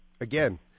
again